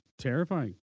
terrifying